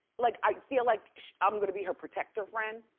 like i feel like i'm gonna be her protector friend.